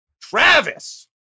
Travis